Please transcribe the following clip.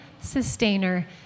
sustainer